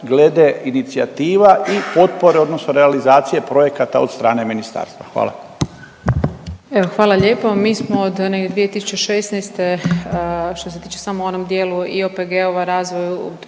glede inicijativa i potpore odnosno realizacije projekata od strane ministarstva, hvala. **Brnjac, Nikolina (HDZ)** Evo hvala lijepo, mi smo od 2016. što se tiče samo u onom dijelu i OPG-ova u razvoju